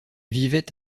vivait